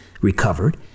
recovered